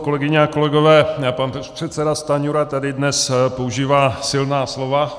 Kolegyně a kolegové, pan předseda Stanjura tady dnes používá silná slova.